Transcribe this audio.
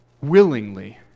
willingly